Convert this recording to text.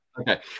okay